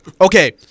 Okay